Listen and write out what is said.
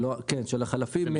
כן, של החלפים.